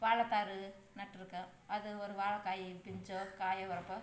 வாழத்தார் நட்டுருக்குறோம் அது ஒரு வாழைக் காய் பிஞ்சோ காயோ வர்றப்போ